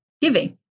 giving